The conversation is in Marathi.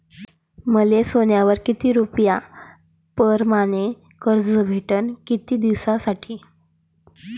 मले सोन्यावर किती रुपया परमाने कर्ज भेटन व किती दिसासाठी?